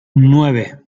nueve